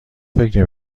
فکر